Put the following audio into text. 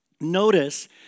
Notice